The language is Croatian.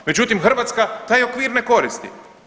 Međutim, Hrvatska taj okvir ne koristi.